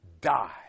die